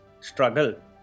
struggle